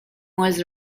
was